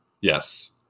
yes